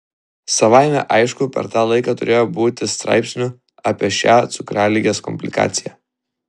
savaime aišku per tą laiką turėjo būti straipsnių apie šią cukraligės komplikaciją